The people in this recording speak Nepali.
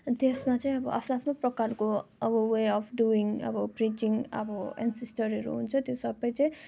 त्यसमा चाहिँ अब आफ्नो आफ्नो प्रकारको अब वे अब् डुयिङ अब प्रिचिङ अब एनसेस्टरहरू हुन्छ त्यो सब चाहिँ